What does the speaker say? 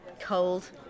cold